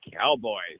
Cowboys